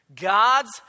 God's